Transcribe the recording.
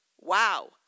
Wow